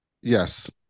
Yes